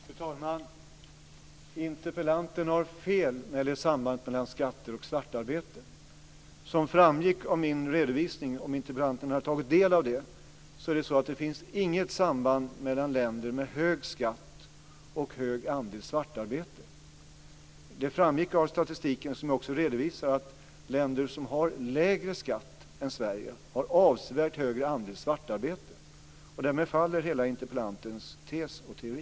Fru talman! Interpellanten har fel när det gäller sambandet mellan skatter och svartarbete. Om interpellanten hade tagit del av min redovisning så framgick det där att det inte finns något samband mellan länder med hög skatt och en stor andel svartarbete. Det framgick av statistiken som jag också redovisade att länder som har lägre skatt än Sverige har en avsevärt större andel svartarbete. Därmed faller interpellantens hela tes och teori.